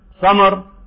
summer